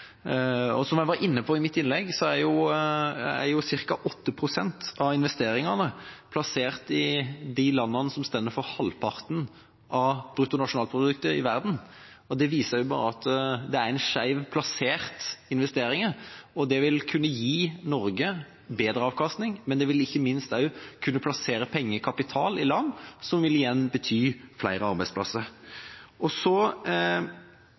mye. Som jeg var inne på i mitt innlegg, er ca. 8 pst. av investeringene her plassert i de landene som står for halvparten av bruttonasjonalproduktet i verden. Det viser at investeringene er skjevt plassert. Det vil kunne gi Norge bedre avkastning, og man vil ikke minst også kunne plassere pengekapital i disse landene, noe som igjen vil bety flere arbeidsplasser.